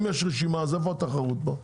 אם יש רשימה אז איפה התחרות פה?